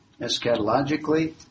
eschatologically